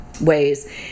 ways